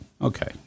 Okay